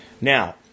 now